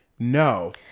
No